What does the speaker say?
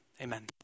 amen